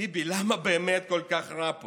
ביבי, למה באמת כל כך רע פה?